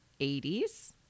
80s